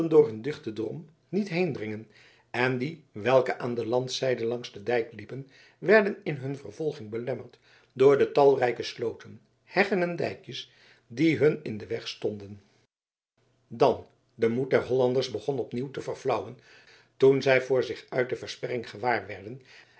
door hun dichten drom niet heen dringen en die welke aan de landzijde langs den dijk liepen werden in hun vervolging belemmerd door de talrijke slooten heggen en dijkjes die hun in den weg stonden dan de moed der hollanders begon op nieuw te verflauwen toen zij voor zich uit de versperring